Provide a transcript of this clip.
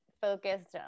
focused